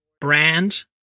brand